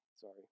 Sorry